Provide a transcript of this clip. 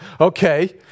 Okay